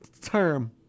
term